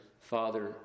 father